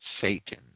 Satan